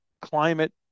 climate